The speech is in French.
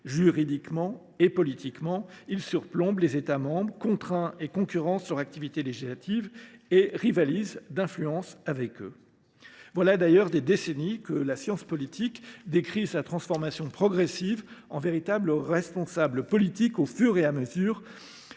Juridiquement et politiquement, il surplombe les États membres, contraint et concurrence leur activité législative et rivalise d’influence avec eux. Voilà d’ailleurs des décennies que la science politique décrit sa transformation progressive en véritable responsable politique au fur et à mesure